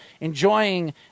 enjoying